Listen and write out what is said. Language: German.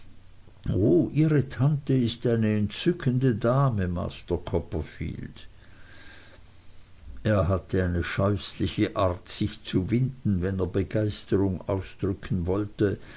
ihre tante ist eine entzückende dame master copperfield er hatte eine scheußliche art sich zu winden wenn er begeisterung ausdrücken wollte